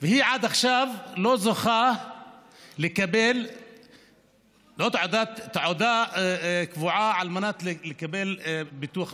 והיא עד עכשיו לא זוכה לקבל תעודה קבועה על מנת לקבל ביטוח רפואי.